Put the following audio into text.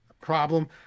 problem